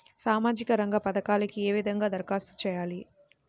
సామాజిక రంగ పథకాలకీ ఏ విధంగా ధరఖాస్తు చేయాలి?